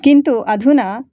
किन्तु अधुना